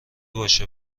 باشه